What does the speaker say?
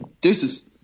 Deuces